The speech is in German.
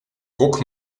guck